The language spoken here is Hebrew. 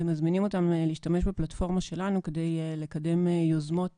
ומזמינים אותם להשתמש בפלטפורמה שלנו כדי לקדם יוזמות